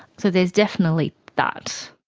so there is definitely that.